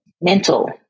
mental